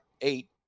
eight